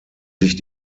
sich